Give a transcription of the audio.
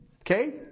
okay